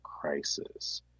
crisis